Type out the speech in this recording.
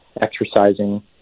exercising